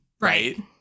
Right